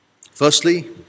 Firstly